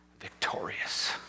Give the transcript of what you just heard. victorious